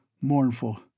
Mournful